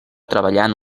treballant